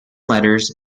letters